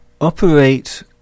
operate